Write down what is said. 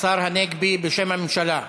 השר הנגבי, בשם הממשלה.